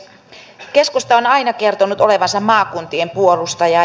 keskusta on aina kertonut olevansa maakuntien puolustaja